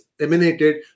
emanated